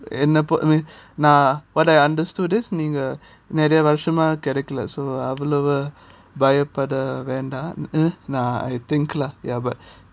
என்ன பொறு நான்:enna poru nan what I understood is நீங்க நிறைய வருஷமா கிடைக்கல:neenga neraya varusama kedaikala available பயப்பட வேண்டாம்:bayapada vendam I think lah ya but